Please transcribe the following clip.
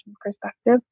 perspective